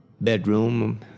bedroom